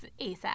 ASAP